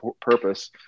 purpose